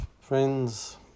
friends